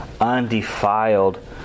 undefiled